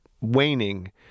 waning